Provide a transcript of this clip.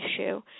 issue